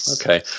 Okay